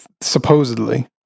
Supposedly